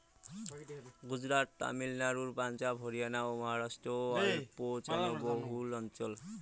গুজরাট, তামিলনাড়ু, পাঞ্জাব, হরিয়ানা ও মহারাষ্ট্র অল্প জলবহুল অঞ্চল